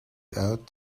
out